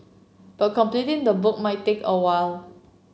but completing the book might take a while